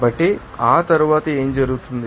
కాబట్టి ఆ తరువాత ఏమి జరుగుతుంది